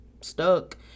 stuck